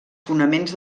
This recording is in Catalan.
fonaments